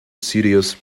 studios